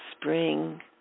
spring